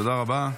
תודה רבה.